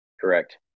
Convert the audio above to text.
Correct